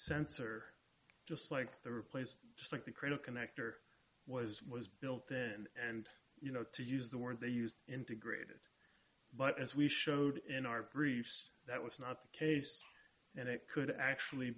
sensor just like the replaced just like the critic connector was was built in and you know to use the word they used integrated but as we showed in our briefs that was not the case and it could actually